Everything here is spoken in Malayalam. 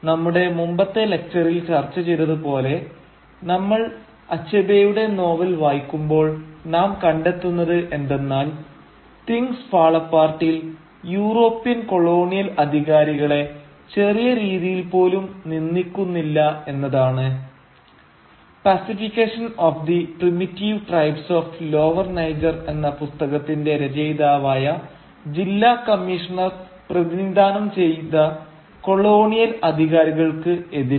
എന്നാൽ നമ്മുടെ മുമ്പത്തെ ലെക്ച്ചറിൽ ചർച്ച ചെയ്തത് പോലെ നമ്മൾ അച്ഛബേയുടെ നോവൽ വായിക്കുമ്പോൾ നാം കണ്ടെത്തുന്നത് എന്തെന്നാൽ തിങ്സ് ഫാൾ അപ്പാർട്ടിൽ യൂറോപ്യൻ കൊളോണിയൽ അധികാരികളെ ചെറിയ രീതിയിൽ പോലും നിന്ദിക്കുന്നില്ല എന്നതാണ് pacification of the primitive tribes of lower Niger എന്ന പുസ്തകത്തിന്റെ രചയിതാവായ ജില്ലാ കമ്മീഷണർ പ്രതിനിധാനം ചെയ്ത കൊളോണിയൽ അധികാരികൾക്ക് എതിരെ